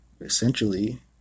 essentially